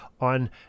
on